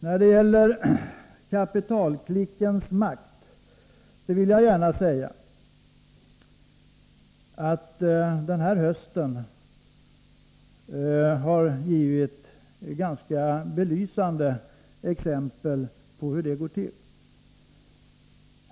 I fråga om kapitalklickens makt vill jag gärna säga att den här hösten har bjudit på ganska belysande exempel.